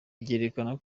byerekana